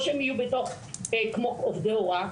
או שהם יהיו כמו עובדי הוראה,